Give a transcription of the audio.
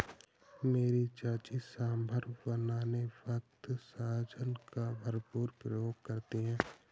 मेरी चाची सांभर बनाने वक्त सहजन का भरपूर प्रयोग करती है